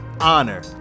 honor